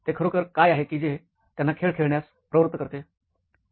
ते खरोखर काय आहे की जे त्यांना खेळ खेळण्यास काय प्रवृत्त करते